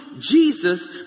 Jesus